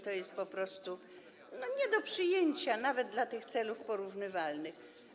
To jest po prostu nie do przyjęcia, nawet dla celów porównywalnych.